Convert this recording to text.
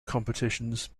competitions